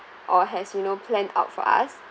or has you know planned out for us